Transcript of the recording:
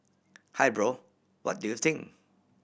hey bro what do you think